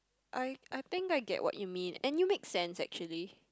I I think I get what you mean and you make sense actually